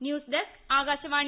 news desk Akashvani